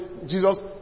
Jesus